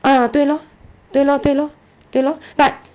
uh 对 lor 对 lor 对 lor 对 lor but